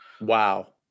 Wow